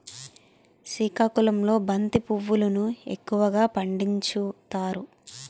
సికాకుళంలో బంతి పువ్వులును ఎక్కువగా పండించుతారు